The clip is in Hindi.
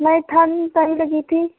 नहीं ठंड तो नहीं लगी थी